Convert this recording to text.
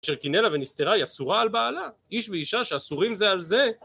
כאשר קינא לה ונסתרה היא אסורה על בעלה, איש ואישה שאסורים זה על זה.